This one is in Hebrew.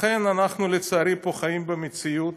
לכן אנחנו, לצערי, חיים פה במציאות